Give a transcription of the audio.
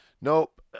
Nope